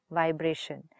vibration